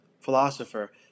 philosopher